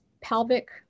pelvic